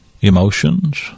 emotions